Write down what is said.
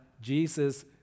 jesus